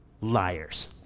Liars